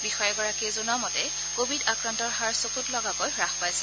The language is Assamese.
বিষয়াগৰাকীয়ে জনোৱা মতে কোৱিড আক্ৰান্তৰ হাৰ চকুত লগাকৈ হ্ৰাস পাইছে